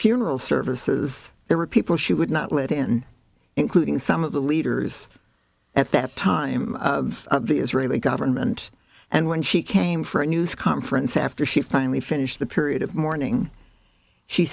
funeral services there were people she would not let in including some of the leaders at that time the israeli government and when she came for a news conference after she finally finished the period of mourning she